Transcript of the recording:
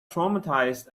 traumatized